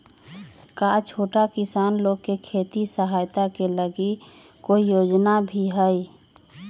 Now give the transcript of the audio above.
का छोटा किसान लोग के खेती सहायता के लगी कोई योजना भी हई?